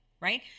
Right